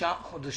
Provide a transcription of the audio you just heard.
שישה חודשים.